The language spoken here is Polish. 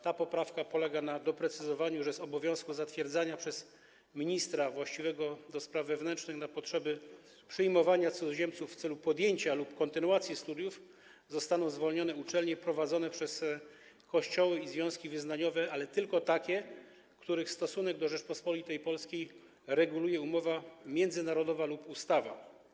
Ta poprawka polega na doprecyzowaniu, że z obowiązku zatwierdzania przez ministra właściwego do spraw wewnętrznych na potrzeby przyjmowania cudzoziemców w celu podjęcia lub kontynuacji studiów zostaną zwolnione uczelnie prowadzone przez Kościoły i związki wyznaniowe, ale tylko takie, których stosunek do Rzeczypospolitej Polskiej reguluje umowa międzynarodowa lub ustawa.